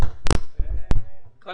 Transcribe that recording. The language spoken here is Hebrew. זה הגיע לעשרות מיליוני שקלים.